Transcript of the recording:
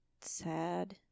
sad